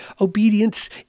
obedience